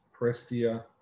Prestia